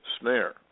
snare